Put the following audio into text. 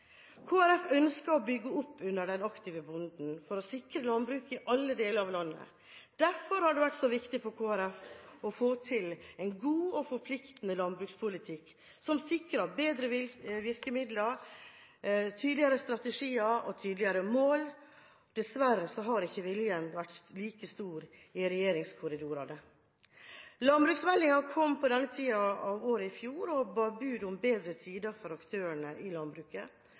ønsker å bygge opp under den aktive bonden for å sikre landbruket i alle deler av landet. Derfor har det vært så viktig for Kristelig Folkeparti å få til en god og forpliktende landbrukspolitikk som sikrer bedre virkemidler og tydeligere strategier og mål. Dessverre har ikke viljen vært like stor i regjeringskorridorene. Landbruksmeldingen kom på denne tiden av året i fjor og bar bud om bedre tider for aktørene i landbruket.